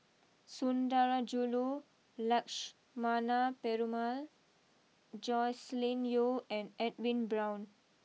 Sundarajulu Lakshmana Perumal Joscelin Yeo and Edwin Brown